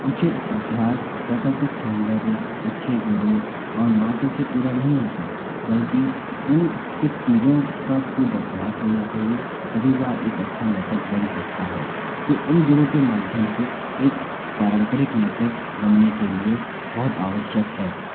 उचित अभ्यास प्राकृतिक सौंदर्य अच्छे गुरू और माथे से पूरा नहीं होता है बल्कि उन कुच चीज़ों का ख़ूब अभ्यास होना चाहिए तभी वह एक अच्छा नृत्यक बन सकता है तो इन गुणों के माध्यम से एक पारंपरिक नृत्यक बनने के लिए बहुत आवश्यक है